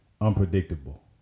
unpredictable